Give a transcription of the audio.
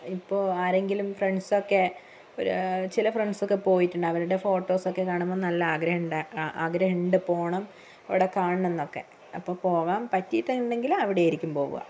ഇപ്പൊൾ ആരെങ്കിലും ഫ്രണ്ട്സൊക്കെ ചില ഫ്രണ്ട്സൊക്കെ പോയിട്ടുണ്ട് അവരുടെ ഫോട്ടോസൊക്കെ കാണുമ്പോൾ നല്ല ആഗ്രഹം ണ്ടു ആഗ്രഹം ഉണ്ട് പോകണം അവിടെ കാണണം എന്നൊക്കെ അപ്പോൾ പോകാൻ പറ്റീട്ടുണ്ടെങ്കിൽ അവിടെയായിരിക്കും പോവുക